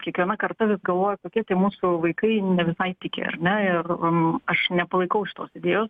kiekviena karta vis galvoja kad tie mūsų vaikai ne visai tikę ar ne ir aš nepalaikau šitos idėjos